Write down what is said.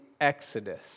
exodus